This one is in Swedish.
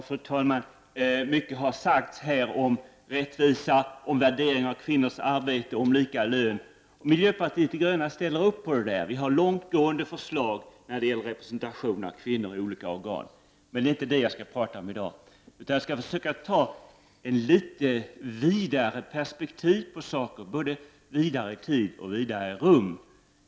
Fru talman! Mycket har sagts här om rättvisa, om värdering av kvinnors arbete, om lika lön. Miljöpartiet de gröna ställer upp på detta. Vi har långtgående förslag när det gäller representation av kvinnor i olika organ. Men det är inte detta jag skall tala om i dag. Jag skall försöka anlägga ett litet vidare perspektiv, både vidare i tid och vidare i rum.